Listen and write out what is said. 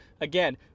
Again